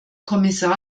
kommissar